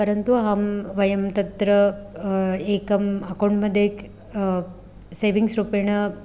परन्तु अहं वयं तत्र एकम् अकौण्ट् मध्ये सेविङ्ग्स् रूपेण